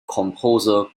composer